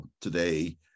today